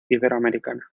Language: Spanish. iberoamericana